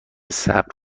صبر